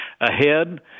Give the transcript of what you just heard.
ahead